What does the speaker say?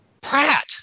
Pratt